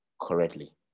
correctly